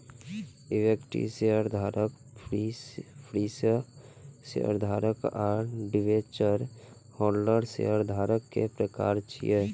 equity शेयरधारक, preference शेयरधारक आ डिवेंचर होल्डर शेयरधारक के प्रकार छियै